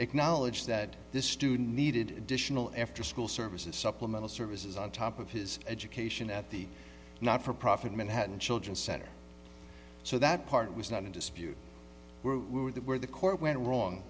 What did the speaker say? acknowledge that this student needed additional afterschool services supplemental services on top of his education at the not for profit manhattan children center so that part was not in dispute where were the where the court went wrong